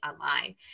online